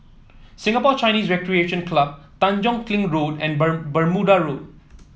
Singapore Chinese Recreation Club Tanjong Kling Road and Ber Bermuda Road